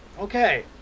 okay